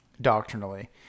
doctrinally